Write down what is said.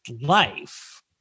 life